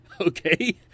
okay